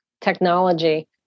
technology